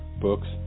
books